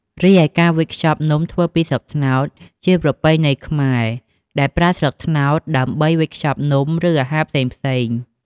រីឯការវេចខ្ចប់នំធ្វើពីស្លឹកត្នោត ជាប្រពៃណីខ្មែរ ដែលប្រើស្លឹកត្នោតដើម្បីវេចខ្ចប់នំ ឬអាហារផ្សេងៗ។